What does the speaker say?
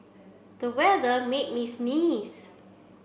the weather made me sneeze